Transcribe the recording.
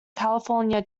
california